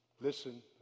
listen